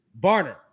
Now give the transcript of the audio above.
Barner